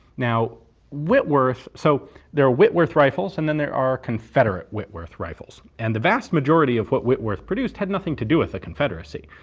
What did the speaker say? now whitworth. so there are whitworth rifles and then there are confederate whitworth rifles. and the vast majority of what whitworth produced had nothing to do with the confederacy.